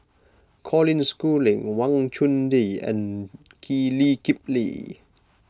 Colin Schooling Wang Chunde and Lee Kip Lee